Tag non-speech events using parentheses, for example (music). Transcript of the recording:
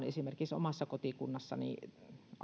(unintelligible) esimerkiksi omassa kotikunnassani